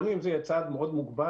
גם אם זה יהיה צעד מאוד מוגבל,